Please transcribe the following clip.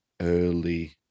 early